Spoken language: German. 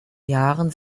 jahren